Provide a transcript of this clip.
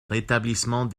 rétablissement